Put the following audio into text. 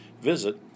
visit